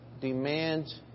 Demands